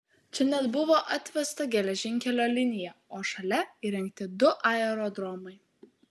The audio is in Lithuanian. čia net buvo atvesta geležinkelio linija o šalia įrengti du aerodromai